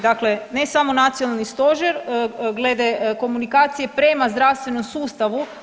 Dakle, ne samo Nacionalni stožer glede komunikacije prema zdravstvenom sustavu.